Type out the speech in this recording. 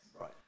Right